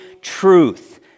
truth